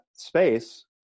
space